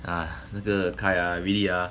!haiya! 那个 kyle ah really ah